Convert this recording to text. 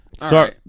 Sorry